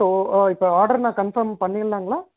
so இப்போ order நான் confirm பண்ணிடலாங்களா